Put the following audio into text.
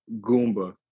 Goomba